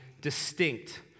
distinct